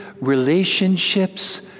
relationships